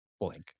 blank